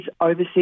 overseas